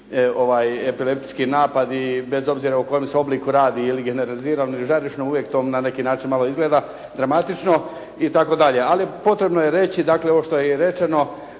epileptički napad i bez obzira o kojem se obliku radi, ili generalizirano ili žarišno uvijek to na neki način malo izgleda dramatično itd. Ali potrebno je reći dakle ovo što je i rečeno,